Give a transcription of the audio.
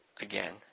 again